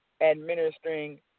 administering